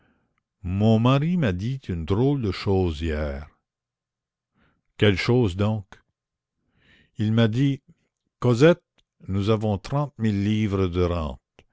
mon mari m'a dit une drôle de chose hier quelle chose donc il m'a dit cosette nous avons trente mille livres de rente